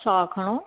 साहु खणो